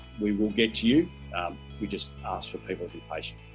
we will get to you we just ask for people if you're patient